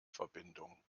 verbindung